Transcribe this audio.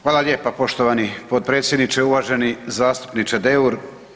Hvala lijepo poštovani potpredsjedniče, uvaženi zastupniče Deur.